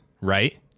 Right